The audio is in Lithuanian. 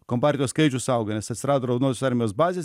kompartija skaičius auga nes atsirado raudonosios armijos baz ės ir